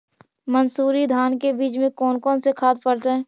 मंसूरी धान के बीज में कौन कौन से खाद पड़तै?